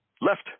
left